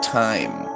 time